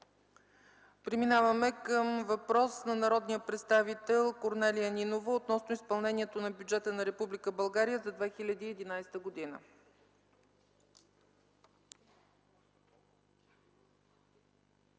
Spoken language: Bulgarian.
Преминаваме към въпрос на народния представител Корнелия Нинова относно изпълнението на бюджета на Република България за 2011 г.